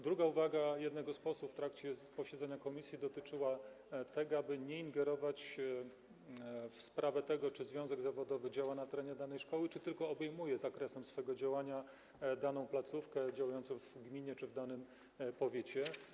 Druga uwaga jednego z posłów w trakcie posiedzenia komisji dotyczyła tego, aby nie ingerować w sprawę tego, czy związek zawodowy działa na terenie danej szkoły, czy tylko obejmuje zakresem swojego działania daną placówkę działającą w gminie czy w danym powiecie.